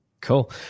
Cool